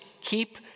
keep